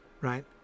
right